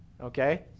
Okay